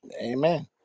Amen